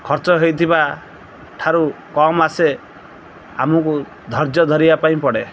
ଖର୍ଚ୍ଚ ହେଇଥିବା ଠାରୁ କମ୍ ଆସେ ଆମକୁ ଧୌର୍ଯ୍ୟ ଧରିବା ପାଇଁ ପଡ଼େ